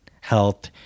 health